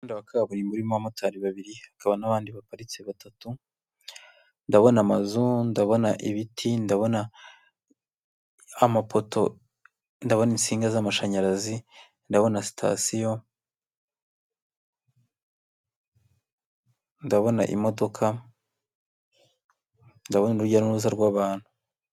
Abamotari babiri hakaba n'abandi baparitse batatu harimo amazu, ibiti, amapoto, insinga z'amashanyarazi, sitasiyo, imodoka, urujya n'uruza rw'abantu.